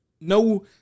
No